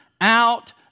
out